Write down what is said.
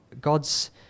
God's